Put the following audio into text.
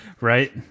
right